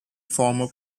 former